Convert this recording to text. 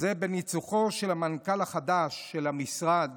וזה בניצוחו של המנכ"ל החדש של המשרד